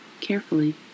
carefully